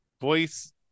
voice